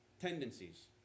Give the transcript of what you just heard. tendencies